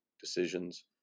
decisions